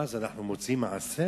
מה זה, אנחנו מוציאים מעשר?